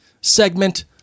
segment